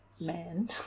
man